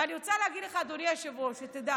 ואני רוצה להגיד לך, אדוני היושב-ראש, שתדע: